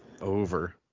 Over